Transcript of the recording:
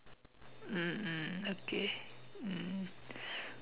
mm mm okay mm